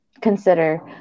consider